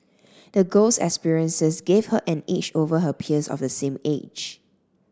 the girl's experiences gave her an edge over her peers of the same age